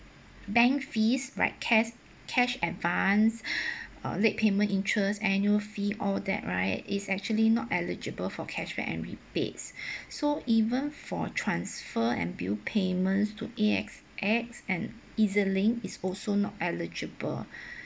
bank fees right cash cash advance uh late payment interest annual fee all that right is actually not eligible for cashback and rebates so even for transfer and bill payments to A_S_X and E_Z link is also not eligible